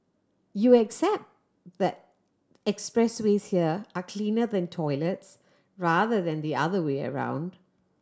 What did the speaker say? you accept that expressways here are cleaner than toilets rather than the other way around